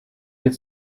wird